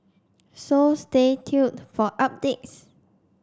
so stay tuned for updates